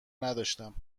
نداشتم